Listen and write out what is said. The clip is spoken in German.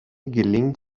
gelingt